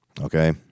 Okay